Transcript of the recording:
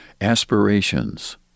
aspirations